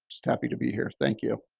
just happy to be here. thank you.